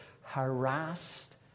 Harassed